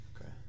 okay